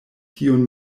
tiun